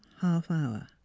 half-hour